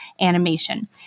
animation